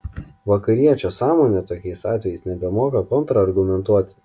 vakariečio sąmonė tokiais atvejais nebemoka kontrargumentuoti